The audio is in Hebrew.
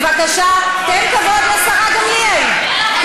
בבקשה, תן כבוד לשרה גמליאל.